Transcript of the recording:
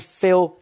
feel